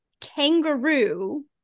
kangaroo